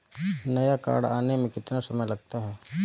नया कार्ड आने में कितना समय लगता है?